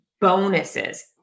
bonuses